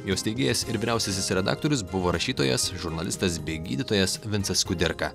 jo steigėjas ir vyriausiasis redaktorius buvo rašytojas žurnalistas bei gydytojas vincas kudirka